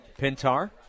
Pintar